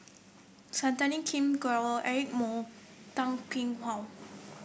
Santokh King Grewal Eric Moo Toh Kim Hwa